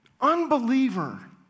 unbeliever